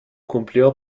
cumplió